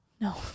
No